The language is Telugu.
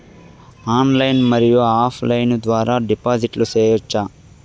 ఆన్లైన్ మరియు ఆఫ్ లైను ద్వారా డిపాజిట్లు సేయొచ్చా?